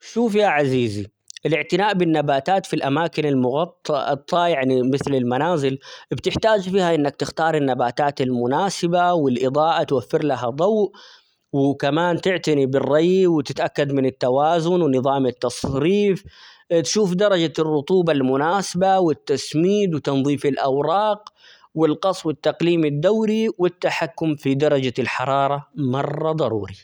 شوف يا عزيزي الإعتناء بالنباتات في الأماكن -المغط-المغطاة يعني مثل: المنازل ابتحتاج فيها إنك تختار النباتات المناسبة ،والإضاءة توفر لها ضوء ،وكمان تعتني بالري ،وتتأكد من التوازن ،ونظام -التص-التصريف ،تشوف درجة الرطوبة المناسبة، والتسميد ،وتنظيف الأوراق ،والقص، والتقليم الدوري ،والتحكم في درجة الحرارة مرة ضروري.